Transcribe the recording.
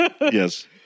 Yes